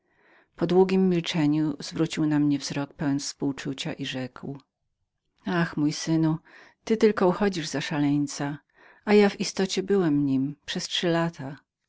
po długiem milczeniu zwrócił na mnie wzrok pełen politowania i rzekł ach mój synu ty uchodzisz tylko za szaleńca a ja w istocie byłem nim przez trzy lata